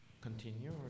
Continue